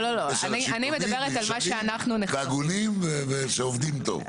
יש אנשים טובים, ישרים והגונים שעובדים טוב.